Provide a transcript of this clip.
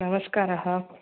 नमस्कारः